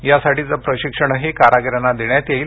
त्यासाठीचं प्रशिक्षणही कारागिरांना देण्यात येईल